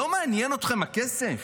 לא מעניין אתכם הכסף?